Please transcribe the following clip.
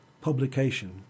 publication